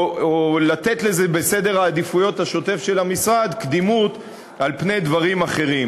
או לתת לזה בסדר העדיפויות השוטף של המשרד קדימות על פני דברים אחרים.